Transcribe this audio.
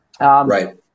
Right